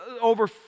over